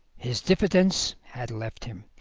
his diffidence had left him,